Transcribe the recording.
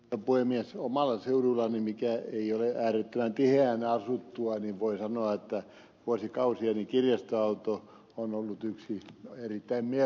omalla seudullani mikä ei ole äärettömän tiheään asuttua voin sanoa että vuosikausia kirjastoauto on ollut yksi oedipemia